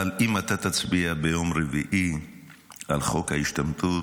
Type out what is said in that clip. אבל אם אתה תצביע ביום רביעי על חוק ההשתמטות,